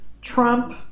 Trump